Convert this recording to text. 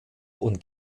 und